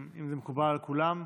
אם זה מקובל על כולם,